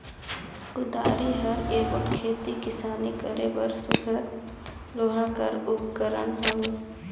कुदारी हर एगोट खेती किसानी करे बर सुग्घर लोहा कर उपकरन हवे